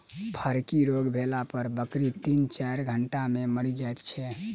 फड़की रोग भेला पर बकरी तीन चाइर घंटा मे मरि जाइत छै